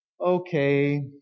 okay